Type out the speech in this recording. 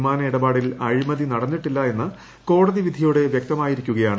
വിമാന ഇടപാടിൽ അഴിമതി നട്ടന്നീട്ടില്ല എന്ന് കോടതി വിധിയോടെ വ്യക്തമായിരിക്കുകയാണ്